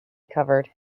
covered